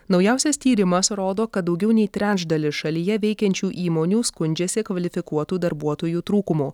naujausias tyrimas rodo kad daugiau nei trečdalis šalyje veikiančių įmonių skundžiasi kvalifikuotų darbuotojų trūkumu